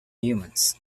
humans